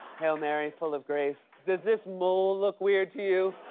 hail mary, full of grace, does this mole look weird to you?